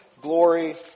glory